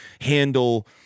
handle